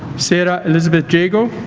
sarah elizabeth jago